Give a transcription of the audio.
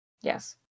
Yes